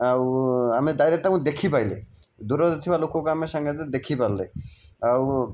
ଆଉ ଆମେ ଡାଇରେକ୍ଟ ତାଙ୍କୁ ଦେଖି ପାରିଲେ ଦୂରରେ ଥିବା ଲୋକକୁ ଆମେ ସାଙ୍ଗେ ସାଙ୍ଗେ ଦେଖି ପାରିଲେ ଆଉ